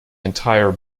entire